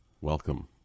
welcome